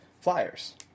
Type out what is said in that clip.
flyers